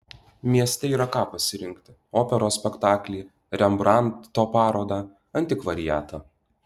mieste yra ką pasirinkti operos spektaklį rembrandto parodą antikvariatą